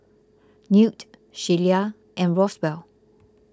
Newt Shelia and Roswell